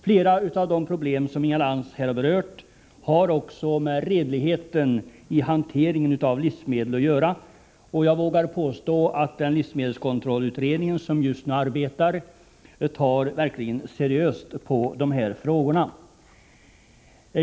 Flera av de problem som Inga Lantz här har berört har med redligheten i hanteringen av livsmedel att göra. Jag vågar påstå att den livsmedelskontrollutredning som just nu arbetar verkligen tar seriöst på dessa frågor.